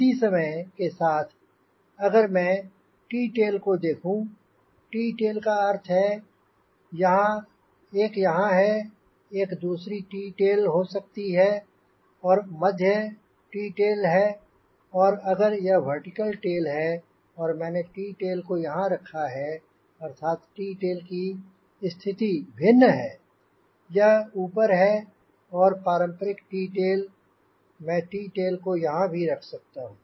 इसी समय के साथ अगर मैं T टेल को देखूंँ टी टेल का अर्थ है एक यहाँ है एक दूसरी T टेल हो सकती है मध्य T टेल और अगर यह वर्टिकल टेल है और मैंने T टेल को यहाँ रखा है अर्थात टी टेल की स्थिति भिन्न है यह ऊपर है और पारम्परिक टी टेल मैं टी टेल को यहाँ भी रख सकता हूँ